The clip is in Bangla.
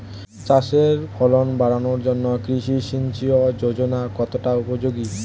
চাষের ফলন বাড়ানোর জন্য কৃষি সিঞ্চয়ী যোজনা কতটা উপযোগী?